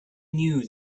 knew